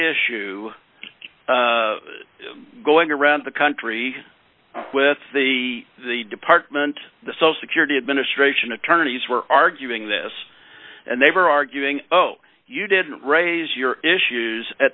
issue going around the country with the department the so security administration attorneys were arguing this and they were arguing oh you didn't raise your issues at